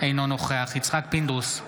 אינו נוכח יצחק פינדרוס,